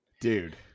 Dude